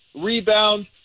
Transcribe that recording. rebound